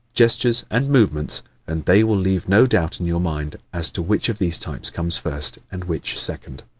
gestures and movements and they will leave no doubt in your mind as to which of these types comes first and which second.